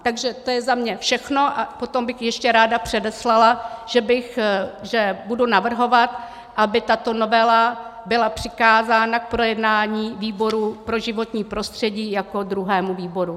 Takže to je za mě všechno a potom bych ještě ráda předeslala, že budu navrhovat, aby tato novela byla přikázána k projednání výboru pro životní prostředí jako druhému výboru.